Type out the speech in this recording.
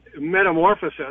metamorphosis